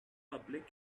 public